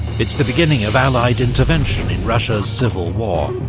it's the beginning of allied intervention in russia's civil war,